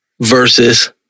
versus